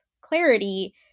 clarity